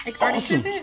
Awesome